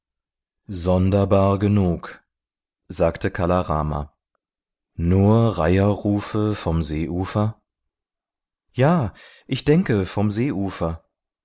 sonderbar genug sagte kala rama nur reiherrufe vom seeufer ja ick denke vom seeufer